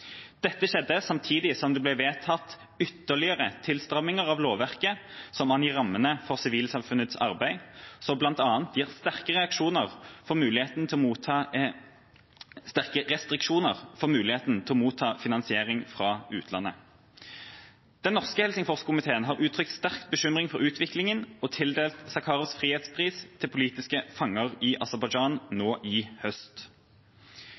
Dette skjedde samtidig som det ble vedtatt ytterligere tilstramminger av lovverket som angir rammene for sivilsamfunnets arbeid, som bl.a. gir sterke restriksjoner for muligheten til å motta finansiering fra utlandet. Den norske Helsingforskomité har uttrykt sterk bekymring for utviklinga og tildelte Sakharovs frihetspris til politiske fanger i Aserbajdsjan nå i høst.